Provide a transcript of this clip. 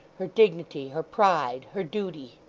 her dignity, her pride, her duty